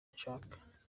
nshasha